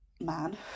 man